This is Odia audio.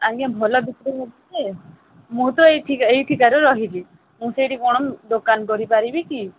ଆଜ୍ଞା ଭଲ ବିକ୍ରି ହେଉଛି ଯେ ମୁଁ ତ ଏଇଠିକା ଏଇଠିକାର ରହିବି ମୁଁ ସେଇଠି କ'ଣ ଦୋକାନ କରିପାରିବି କି